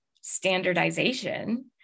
standardization